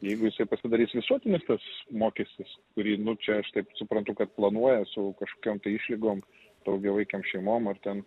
jeigu jisai pasidarys visuotinis tas mokestis kurį nu čia aš taip suprantu kad planuoja su kažkokiom tai išlygom daugiavaikėm šeimom ar ten